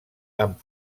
amb